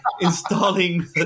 installing